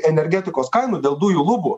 energetikos kainų dėl dujų lubų